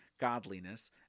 godliness